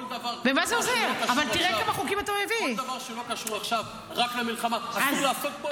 כל דבר שהוא לא קשור עכשיו רק למלחמה אסור לעסוק בו?